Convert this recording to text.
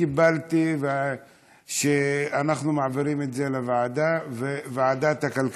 קיבלתי שאנחנו מעבירים את זה לוועדת הכלכלה.